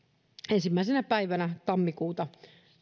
ensimmäisenä päivänä tammikuuta